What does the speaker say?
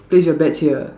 place your bets here